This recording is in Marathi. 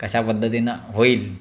कशा पद्धतीनं होईल